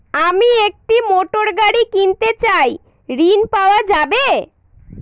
আমি একটি মোটরগাড়ি কিনতে চাই ঝণ পাওয়া যাবে?